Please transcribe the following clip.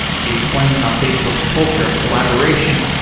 she explained how facebook's culture of collaboration,